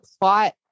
plot